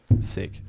Sick